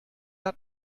hat